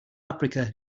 africa